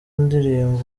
ndirimbo